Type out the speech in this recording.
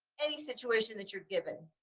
any situation that you're given.